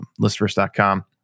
listverse.com